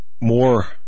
more